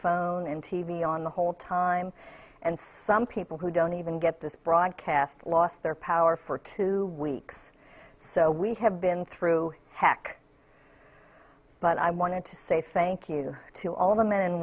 v on the whole time and some people who don't even get this broadcast lost their power for two weeks so we have been through heck but i wanted to say thank you to all of the men and